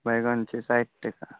बैंगन छै साठि टके